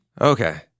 Okay